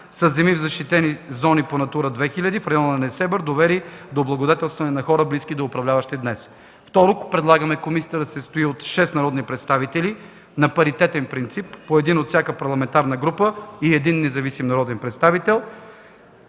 със земи в защитени зони по НАТУРА 2000 в района на Несебър, довели до облагодетелстване на хора, близки до управляващите днес. Второ, предлагаме комисията да се състои от 6 народни представители на паритетен принцип – по един от всяка парламентарна група, и един независим народен представител.